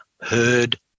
heard